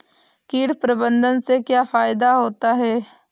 कीट प्रबंधन से क्या फायदा होता है?